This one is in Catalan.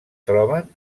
troben